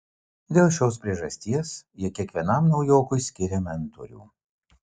dėl šios priežasties jie kiekvienam naujokui skiria mentorių